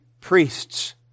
priests